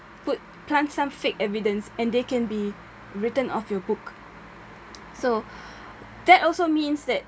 put plant some fake evidence and they can be written off your book so that also means that